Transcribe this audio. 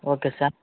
okay sir